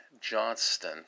Johnston